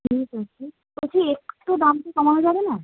ঠিক আছে বলছি একটু দাম কি কমানো যাবে না